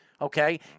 Okay